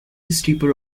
steeper